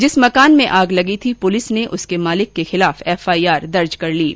जिस मकान में आग लगी थी पुलिस ने उसके मालिक के खिलाफ एफआईआर दर्ज की है